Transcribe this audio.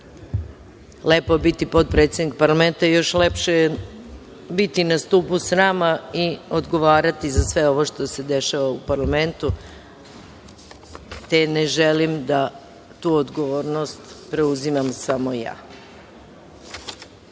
je biti podpredsednik Parlamenta, a još lepše je biti na stubu srama i odgovarati za sve ovo što se dešava u Parlamentu, te ne želim da tu odgovornost preuzimam samo